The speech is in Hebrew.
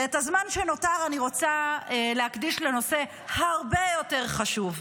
ואת הזמן שנותר אני רוצה להקדיש לנושא הרבה יותר חשוב.